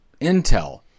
Intel